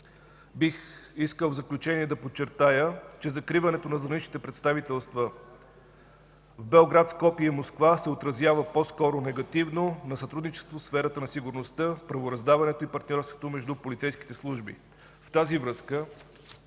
бих искал да подчертая, че закриването на задграничните представителства в Белград, Скопие и Москва се отразява по-скоро негативно на сътрудничеството в сферата на сигурността, в правораздаването и партньорството между полицейските служби. В тази връзка,